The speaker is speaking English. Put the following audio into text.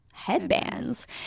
headbands